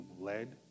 led